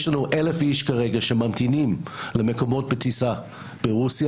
יש לנו 1,000 כרגע שממתינים למקומות בטיסה ברוסיה,